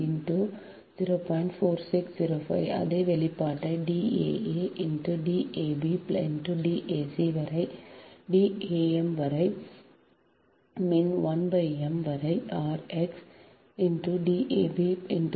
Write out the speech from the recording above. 4605 அதே வெளிப்பாட்டை D a a × D a b × D ac வரை D am வரை மின் 1 m வரை r x × D ab × D ac × D ab